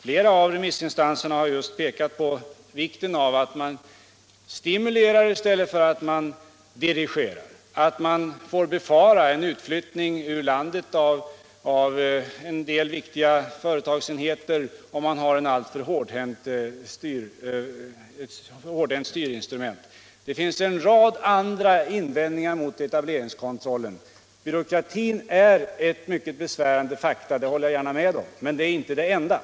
Flera remissinstanser har pekat på vikten av att man stimulerar i stället för att dirigera och att vi måste befara en utflyttning ur landet av en del viktiga företagsenheter, om vi har ett alltför hårdhänt styrinstrument. Det finns en rad andra invändningar mot etableringskontrollen; byråkratin är ett mycket besvärande faktum — det håller jag med om — men den är inte det enda.